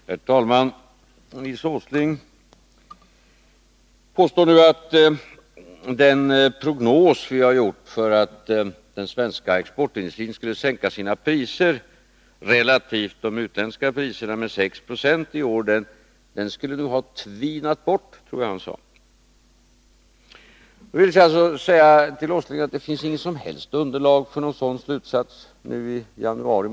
Herr talman! Nils Åsling påstår att den prognos vi har gjort om att den svenska exportindustrin skulle minska sina priser med 6 Z i år relativt de utländska priserna skulle, som han sade, ha ”tvinat bort”. Jag vill då säga till Nils Åsling att det inte finns något som helst underlag för en sådan slutsats nu i februari.